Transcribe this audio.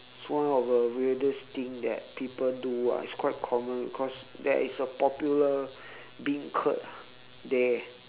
one of the weirdest thing that people do ah it's quite common because there is a popular beancurd there